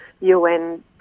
UN